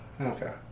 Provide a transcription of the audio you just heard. Okay